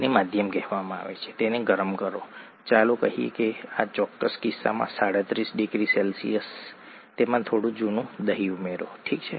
તેને માધ્યમ કહેવામાં આવે છે તેને ગરમ કરો ચાલો કહીએ આ ચોક્કસ કિસ્સામાં 37 ડિગ્રી સે તેમાં થોડું જૂનું દહીં ઉમેરો ઠીક છે